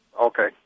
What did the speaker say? Okay